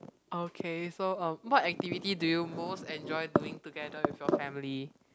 okay so um what activity do you most enjoy doing together with your family